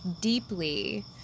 deeply